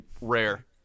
rare